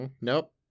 nope